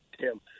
Tim